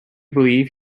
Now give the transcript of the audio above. believe